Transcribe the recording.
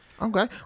Okay